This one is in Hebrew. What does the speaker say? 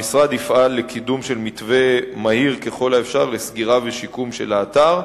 המשרד יפעל לקידום של מתווה מהיר ככל האפשר לסגירה ולשיקום של האתר,